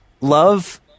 love